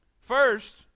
first